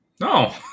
no